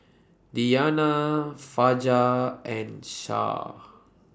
Diyana Fajar and Shah